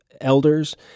elders